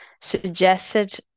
suggested